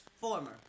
former